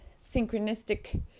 synchronistic